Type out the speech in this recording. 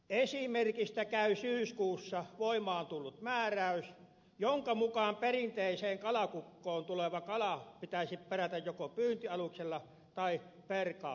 esimerkistä käy syyskuussa voimaan tullut määräys jonka mukaan perinteiseen kalakukkoon tuleva kala pitäisi perata joko pyyntialuksella tai perkauslaitoksessa